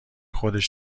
خودش